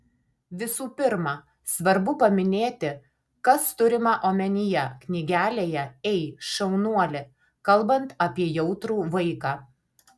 visų pirma svarbu paminėti kas turima omenyje knygelėje ei šaunuoli kalbant apie jautrų vaiką